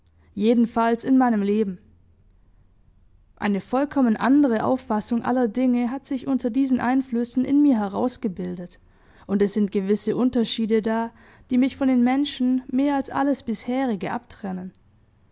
jedenfalls in meinem leben eine vollkommen andere auffassung aller dinge hat sich unter diesen einflüssen in mir herausgebildet und es sind gewisse unterschiede da die mich von den menschen mehr als alles bisherige abtrennen